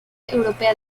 europea